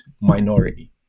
minority